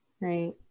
right